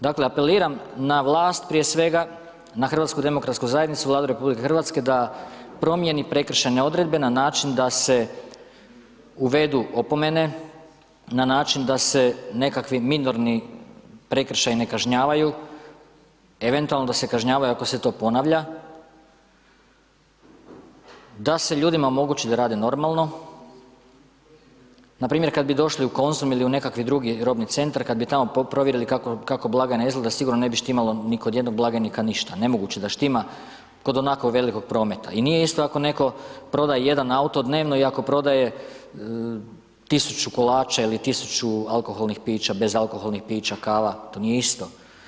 Dakle, apeliram na vlast prije svega, na HDZ, Vladu RH da promijeni prekršajne odredbe na način da se uvedu opomene, na način da se nekakvi minorni prekršaji ne kažnjavaju, eventualno da se kažnjavaju ako se to ponavlja, da se ljudima omogući da rade normalno, npr. kad bi došli u Konzum ili u nekakvi drugi robni centar, kad bi tamo provjerili kako blagajna izgleda sigurno ne bi štimalo ni kod jednog blagajnika ništa, nemoguće da štima kod onako velikog prometa i nije isto ako netko proda jedan auto dnevno i ako prodaje 1000 kolača ili 1000 alkoholnih pića, bezalkoholnih pića, kava, to nije isto.